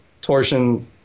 torsion